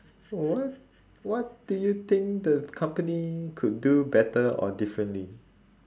what what do think the company could do better or differently